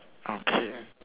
okay